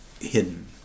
hidden